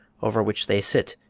over which they sit,